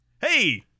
Hey